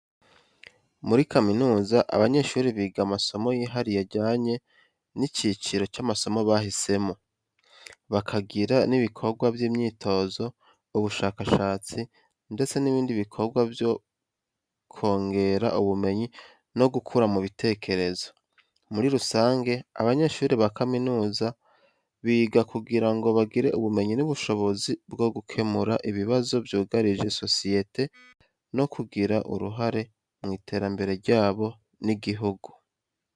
Muri kaminuza, abanyeshuri biga amasomo yihariye ajyanye n'icyiciro cy'amasomo bahisemo, bakagira n'ibikorwa by'imyitozo, ubushakashatsi, ndetse n'ibindi bikorwa byo kongera ubumenyi no gukura mu bitekerezo. Muri rusange, abanyeshuri ba kaminuza biga kugira ngo bagire ubumenyi n'ubushobozi bwo gukemura ibibazo byugarije sosiyete no kugira uruhare mu iterambere ryabo n'igihugu.